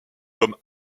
comme